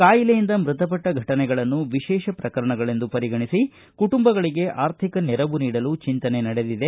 ಕಾಯಿಲೆಯಿಂದ ಮೃತಪಟ್ಟ ಫಟನೆಗಳನ್ನು ವಿಶೇಷ ಪ್ರಕರಣಗಳೆಂದು ಪರಿಗಣಿಸಿ ಕುಟುಂಬಗಳಿಗೆ ಆರ್ಥಿಕ ನೆರವು ನೀಡಲು ಚಿಂತನೆ ನಡೆದಿದೆ